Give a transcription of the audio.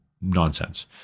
nonsense